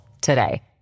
today